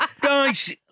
guys